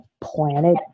planet